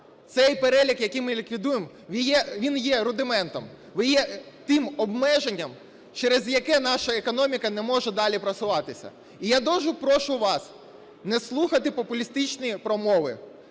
цей перелік, який ми ліквідуємо, він є рудиментом. Він є тим обмеженням, через яке наша економіка не може далі просуватися. І я дуже прошу вас не слухати популістичні промови,